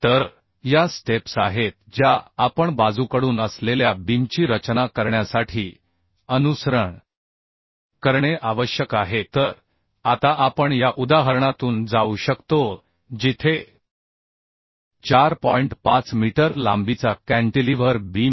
तर या स्टेप्स आहेत ज्या आपणलॅटरलअसलेल्या बीमची रचना करण्यासाठी अनुसरण करणे आवश्यक आहे तर आता आपण या उदाहरणातून जाऊ शकतो जिथे 4 लांबीचा कॅन्टिलीव्हर बीम आहे